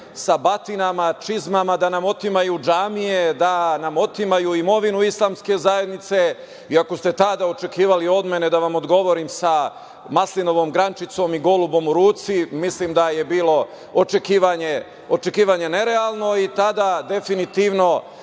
sa batinama, čizmama da nam otimaju džamije, da nam otimaju imovinu islamske zajednice. Ako ste tada očekivali od mene da vam odgovorim sa maslinovom grančicom i golubom u ruci, mislim da je bilo očekivanje nerealno. Tada smo definitivno